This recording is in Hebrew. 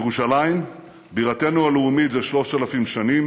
ירושלים, בירתנו הלאומית זה שלושת אלפים שנים,